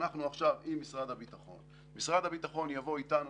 אנחנו עכשיו עם משרד הביטחון; משרד הביטחון יבוא איתנו